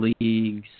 leagues